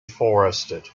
forested